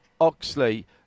Oxley